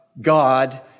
God